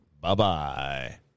Bye-bye